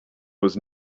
was